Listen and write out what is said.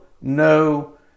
no